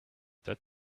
that